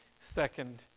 second